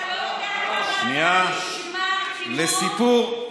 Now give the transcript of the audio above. אתה לא יודע כמה אתה נשמע בדיוק גבר לבן מתנשא.